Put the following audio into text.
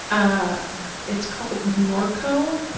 ah it's called norco.